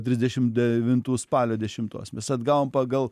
dvidešim devintų spalio dešimtos mes atgavom pagal